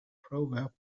proverb